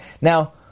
Now